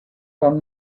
one